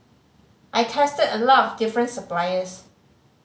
I tested a lot of different suppliers